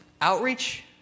Outreach